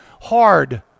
hard